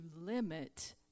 limit